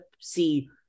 see